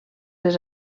les